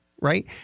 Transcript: right